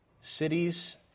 Cities